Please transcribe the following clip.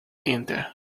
enter